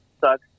sucks